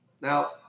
Now